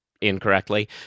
incorrectly